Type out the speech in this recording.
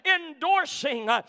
endorsing